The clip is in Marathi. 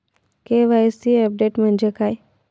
के.वाय.सी अपडेट म्हणजे काय?